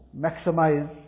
maximize